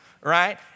Right